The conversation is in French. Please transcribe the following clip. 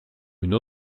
une